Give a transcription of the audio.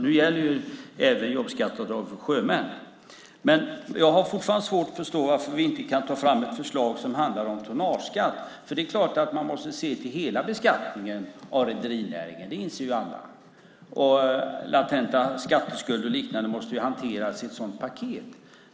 Nu gäller jobbskatteavdraget även för sjömän. Men jag har fortfarande svårt att förstå varför vi inte kan ta fram ett förslag som handlar om tonnageskatt. Det är klart att man måste se till hela beskattningen av rederinäringen. Det inser alla. Latenta skatteskulder och liknande måste hanteras i ett sådant paket.